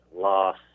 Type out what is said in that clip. loss